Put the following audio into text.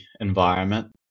environment